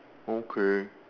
okay